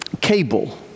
cable